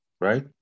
right